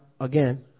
again